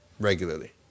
Regularly